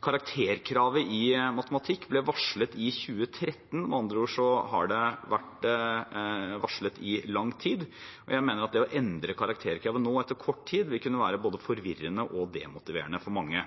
Karakterkravet i matematikk ble varslet i 2013. Med andre ord har det vært varslet i lang tid, og jeg mener at det å endre karakterkravet nå, etter kort tid, vil kunne være både forvirrende og demotiverende for mange.